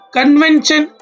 Convention